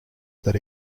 that